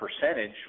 percentage